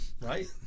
Right